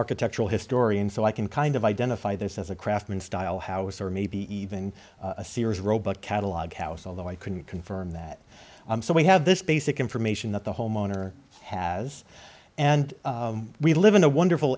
architectural historian so i can kind of identify this as a craftsman style house or maybe even a sears roebuck catalog house although i couldn't confirm that so we have this basic information that the homeowner has and we live in a wonderful